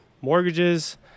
mortgages